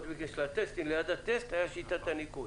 ליד הטסט הייתה שיטת הניקוד.